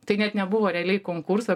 tai net nebuvo realiai konkurso